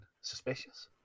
suspicious